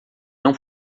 não